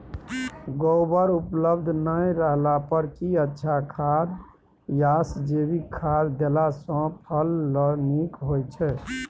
गोबर उपलब्ध नय रहला पर की अच्छा खाद याषजैविक खाद देला सॅ फस ल नीक होय छै?